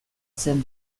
zen